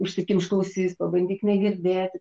užsikimšk ausis pabandyk negirdėti